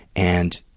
and,